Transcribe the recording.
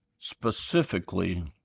specifically